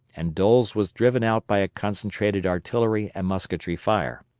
and doles was driven out by a concentrated artillery and musketry fire.